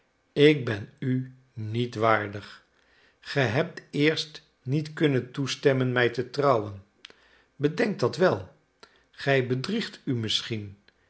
ik ben u niet waardig ge hebt eerst niet kunnen toestemmen mij te trouwen bedenk dat wel gij bedriegt u misschien